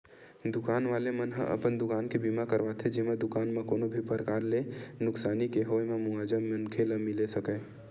दुकान वाले मन ह अपन दुकान के बीमा करवाथे जेमा दुकान म कोनो भी परकार ले नुकसानी के होय म मुवाजा मनखे ल मिले सकय